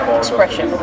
expression